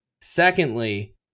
Secondly